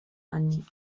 anni